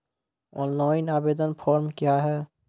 Online आवेदन form क्या हैं?